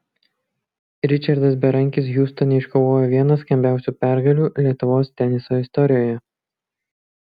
ričardas berankis hjustone iškovojo vieną skambiausių pergalių lietuvos teniso istorijoje